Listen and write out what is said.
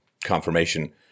confirmation